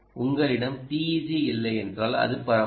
உங்களிடம் TEG இல்லையென்றால் அது பரவாயில்லை